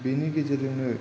बेनि गेजेरजोंनो